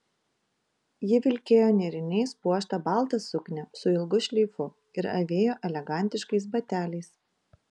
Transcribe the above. ji vilkėjo nėriniais puoštą baltą suknią su ilgu šleifu ir avėjo elegantiškais bateliais